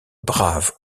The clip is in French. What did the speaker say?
brave